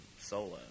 solo